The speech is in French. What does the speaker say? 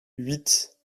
huit